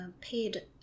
paid